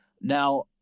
Now